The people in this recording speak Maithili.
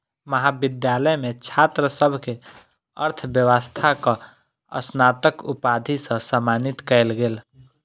महाविद्यालय मे छात्र सभ के अर्थव्यवस्थाक स्नातक उपाधि सॅ सम्मानित कयल गेल